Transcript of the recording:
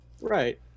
Right